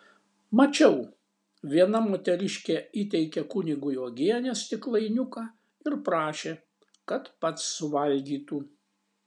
mačiau viena moteriškė įteikė kunigui uogienės stiklainiuką ir prašė kad pats suvalgytų